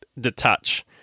detach